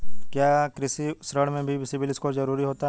क्या कृषि ऋण में भी सिबिल स्कोर जरूरी होता है?